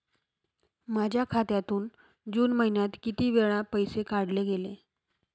माझ्या खात्यातून जून महिन्यात किती वेळा पैसे काढले गेले?